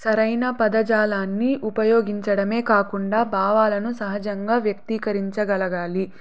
సరైన పదజాలాన్ని ఉపయోగించడమే కాకుండా భావాలను సహజంగా వ్యక్తీకరించగలగాలి